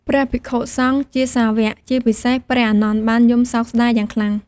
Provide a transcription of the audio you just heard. ព្រះភិក្ខុសង្ឃជាសាវក ជាពិសេសព្រះអានន្ទ បានយំសោកស្តាយយ៉ាងខ្លាំង។